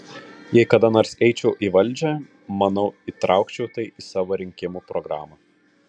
jei kada nors eičiau į valdžią manau įtraukčiau tai į savo rinkimų programą